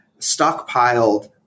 stockpiled